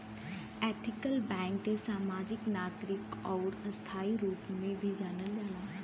ethical bank के समाजिक, नागरिक आउर स्थायी रूप में भी जानल जाला